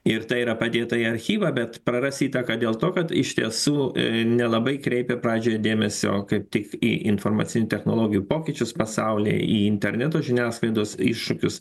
ir tai yra padėta į archyvą bet praras įtaką dėl to kad iš tiesų nelabai kreipė pradžioj dėmesio kaip tik į informacinių technologijų pokyčius pasaulyje į interneto žiniasklaidos iššūkius